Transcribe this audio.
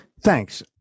Thanks